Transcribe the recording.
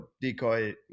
decoy